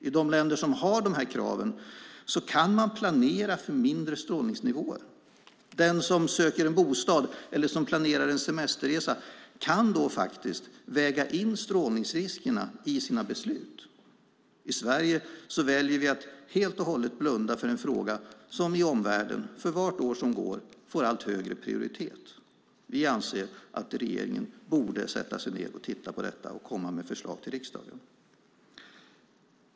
I de länder som har dessa krav kan man planera för lägre strålningsnivåer. Den som söker bostad eller planerar en semesterresa kan där väga in strålningsriskerna i sina beslut. I Sverige väljer vi att helt och hållet blunda för en fråga som i omvärlden får allt högre prioritet för vart år som går. Vi anser att regeringen borde titta på detta och komma med förslag till riksdagen.